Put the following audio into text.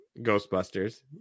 ghostbusters